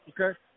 okay